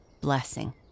blessing